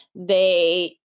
they,